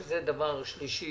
שזה דבר שלישי